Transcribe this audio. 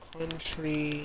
Country